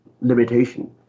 limitation